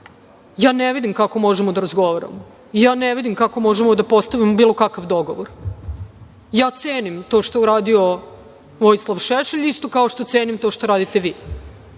ja ne vidim kako možemo da razgovaramo i ne vidim kako možemo da postignemo bilo kakav dogovor. Cenim to što je uradio Vojislav Šešelj, isto kao što cenim to što radite vi.